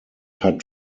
hat